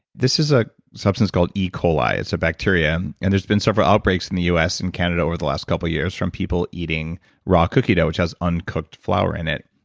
this is a substance called e coli, it's a bacterium and there's been several outbreaks in the us and canada over the last couple of years from people eating raw cookie dough, which has uncooked flour in it.